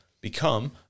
become